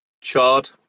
Chard